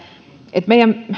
että meidän